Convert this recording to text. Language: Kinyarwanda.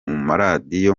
maradiyo